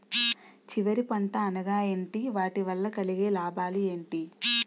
చివరి పంట అనగా ఏంటి వాటి వల్ల కలిగే లాభాలు ఏంటి